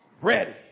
Ready